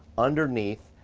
underneath,